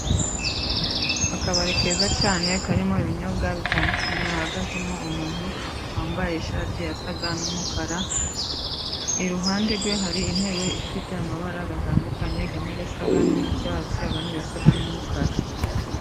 Akabari keza cyane karimo ibinyobwa bitandukanye, hahagazemo umuntu wambaye ishati isa n'umukara. Iruhande rwe hari intebe ifite amabara atandukanye amwe asa n'icyatsi andi asa n'umukara.